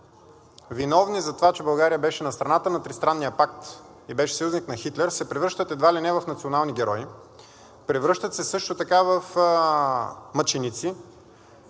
виновни за това, че България беше на страната на Тристранния пакт и беше съюзник на Хитлер, се превръщат едва ли не в национални герои, превръщат се също така в мъченици.